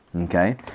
Okay